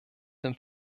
dem